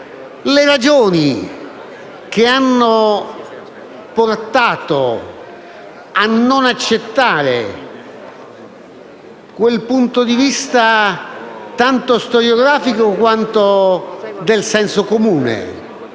le ragioni che hanno portato a non accettare quel punto di vista tanto storiografico quanto del senso comune.